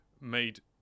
made